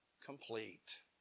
Complete